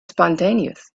spontaneous